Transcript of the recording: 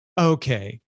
okay